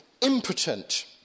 impotent